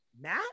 Matt